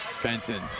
Benson